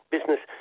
Business